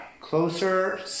closer